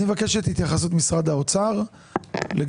אני מבקש את התייחסות משרד האוצר לגבי